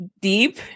deep